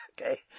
okay